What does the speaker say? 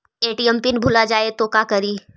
ATM PIN भुला जाए तो का करी?